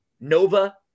Nova